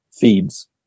feeds